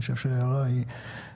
אני חושב שההערה היא ראויה.